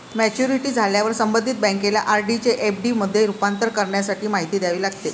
maturity झाल्यावर संबंधित बँकेला आर.डी चे एफ.डी मध्ये रूपांतर करण्यासाठी माहिती द्यावी लागते